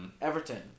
Everton